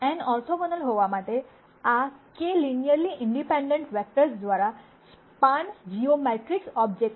n orthogonal હોવા માટે આ k લિનયરલી ઇંડિપેંડેન્ટ વેક્ટર્સ દ્વારા સ્પાન જીઓમેટ્રિક ઓબ્જેક્ટના